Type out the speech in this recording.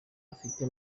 afite